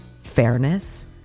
fairness